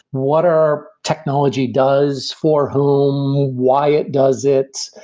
what our technology does for whom? why it does it?